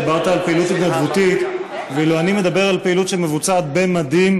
דיברת על פעילות התנדבותית ואילו אני מדבר על פעילות שמבוצעת במדים.